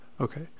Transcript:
okay